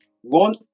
one